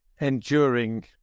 enduring